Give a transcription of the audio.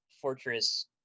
fortress